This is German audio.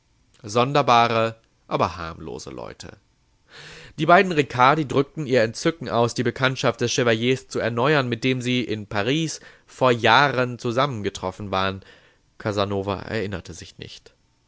sonderbare aber harmlose leute die beiden ricardi drückten ihr entzücken aus die bekanntschaft des chevaliers zu erneuern mit dem sie in paris vor jahren zusammengetroffen waren casanova erinnerte sich nicht